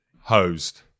hosed